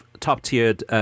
top-tiered